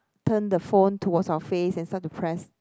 turn the phone towards our face and start to press